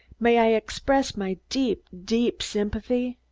may i express my deep, deep sympathy?